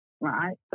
right